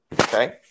Okay